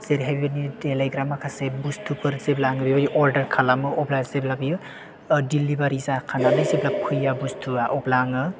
जेरैहाय बेबायदि देलायग्रा माखासे बुस्तुफोर जेब्ला आङो बेबायदि अर्डार खालामो अब्ला जेब्ला बियो डिलिबारि जाखानानै जेब्ला फैया बुस्तुआ अब्ला आङो